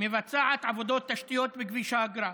מבצעת עבודות תשתיות בכביש האגרה.